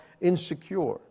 insecure